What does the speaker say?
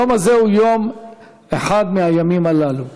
היום הזה הוא אחד מהימים הללו.